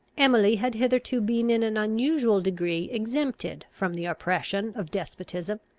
emily had hitherto been in an unusual degree exempted from the oppression of despotism.